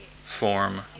form